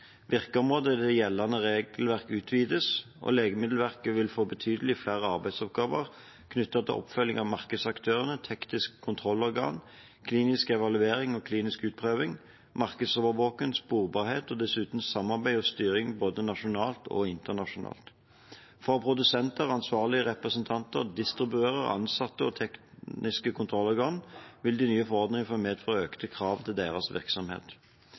for det gjeldende regelverket utvides, og Legemiddelverket vil få betydelig flere arbeidsoppgaver knyttet til oppfølging av markedsaktørene, tekniske kontrollorgan, klinisk evaluering og klinisk utprøving, markedsovervåking, sporbarhet og dessuten samarbeid og styring både nasjonalt og internasjonalt. For produsenter, ansvarlige representanter, distributører, omsettere og tekniske kontrollorgan vil de nye forordningene medføre økte krav til deres virksomhet.